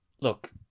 Look